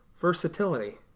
versatility